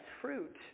fruit